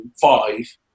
five